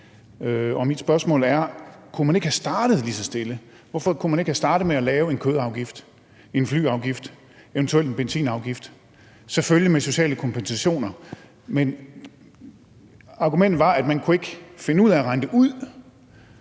og mit spørgsmål er: Kunne man ikke have startet lige så stille? Hvorfor kunne man ikke have startet med at lave en kødafgift, en flyafgift og eventuelt en benzinafgift, selvfølgelig med sociale kompensationer? Argumentet var, at man ikke kunne finde ud af at regne det ud,